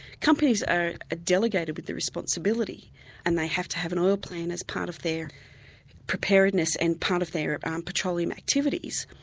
companies are delegated with the responsibility and they have to have an oil plan as part of their preparedness and part of their um petroleum activities.